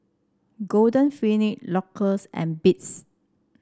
Golden Peony Loacker and Beats